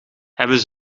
hebben